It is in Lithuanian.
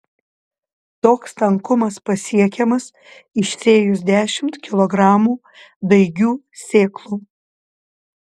toks tankumas pasiekiamas išsėjus dešimt kilogramų daigių sėklų